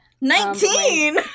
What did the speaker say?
Nineteen